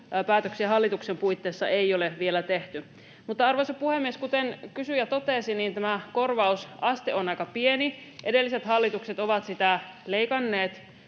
päätöksiä hallituksen puitteissa ei ole vielä tehty. Arvoisa puhemies! Kuten kysyjä totesi, niin tämä korvausaste on aika pieni. Edelliset hallitukset ovat sitä leikanneet